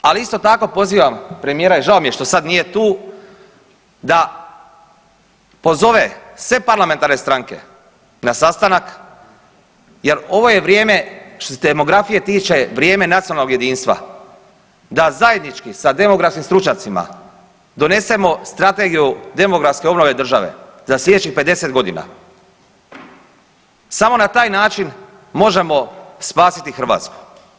Ali isto tako pozivam premijera i žao mi je što sad nije tu da pozove sve parlamentarne stranke na sastanak jel ovo je vrijeme što se demografije tiče vrijeme nacionalnog jedinstva da zajednički sa demografskim stručnjacima donesemo strategiju demografske obnove države za slijedećih 50.g., samo na taj način možemo spasiti Hrvatsku.